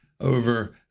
over